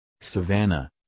Savannah